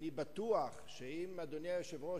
אדוני היושב-ראש,